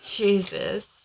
Jesus